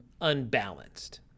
unbalanced